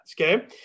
okay